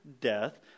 death